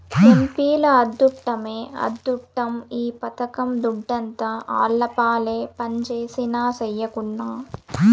ఎంపీల అద్దుట్టమే అద్దుట్టం ఈ పథకం దుడ్డంతా ఆళ్లపాలే పంజేసినా, సెయ్యకున్నా